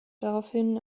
daraufhin